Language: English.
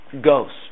ghost